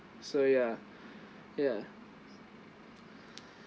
so ya ya